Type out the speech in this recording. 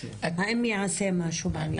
האם ייעשה משהו בעניין.